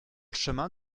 chemin